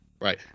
right